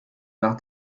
nach